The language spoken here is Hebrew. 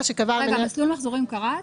-- רגע, "מסלול מחזורים" קראת?